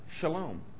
shalom